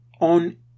on